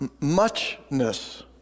muchness